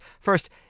First